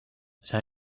zij